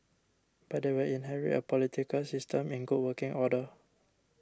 but they will inherit a political system in good working order